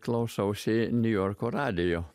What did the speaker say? klausausi niujorko radijo